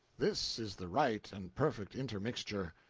this is the right and perfect intermixture.